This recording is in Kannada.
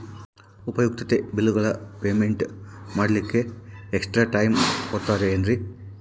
ಉಪಯುಕ್ತತೆ ಬಿಲ್ಲುಗಳ ಪೇಮೆಂಟ್ ಮಾಡ್ಲಿಕ್ಕೆ ಎಕ್ಸ್ಟ್ರಾ ಟೈಮ್ ಕೊಡ್ತೇರಾ ಏನ್ರಿ?